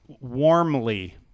Warmly